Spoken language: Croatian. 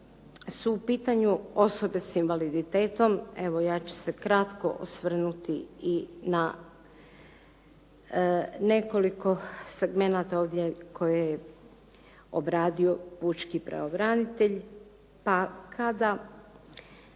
su u pitanju osobe s invaliditetom evo ja ću se kratko osvrnuti i na nekoliko segmenata ovdje koje je obradio pučki pravobranitelj, pa kada